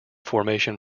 formation